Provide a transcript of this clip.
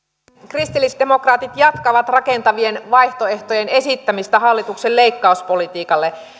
kristillisdemokraatit jatkavat rakentavien vaihtoehtojen esittämistä hallituksen leikkauspolitiikalle